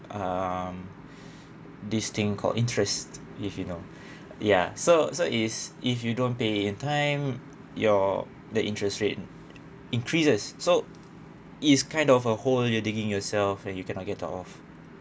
um this thing called interest if you know ya so so is if you don't pay in time your the interest rate increases so is kind of a hole you're digging yourself and you cannot get out of